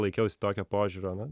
laikiausi tokio požiūrio